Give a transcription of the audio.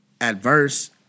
adverse